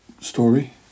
story